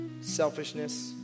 selfishness